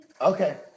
Okay